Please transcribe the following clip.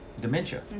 dementia